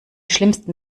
schlimmsten